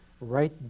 Right